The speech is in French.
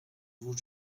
avons